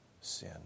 sin